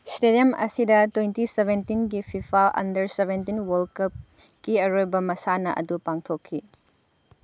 stadium ꯑꯁꯤꯗ twenty ꯁꯕꯦꯟꯇꯤꯟꯒꯤ FIFA under seventeen world ꯀꯞꯀꯤ ꯑꯔꯣꯏꯕ ꯃꯁꯥꯟꯅ ꯑꯗꯨ ꯄꯥꯡꯊꯣꯛꯈꯤ